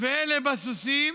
ואלה בסוסים